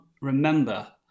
remember